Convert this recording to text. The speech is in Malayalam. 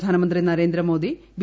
പ്രധാനമന്ത്രി നരേന്ദ്രമോദി ബി